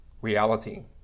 reality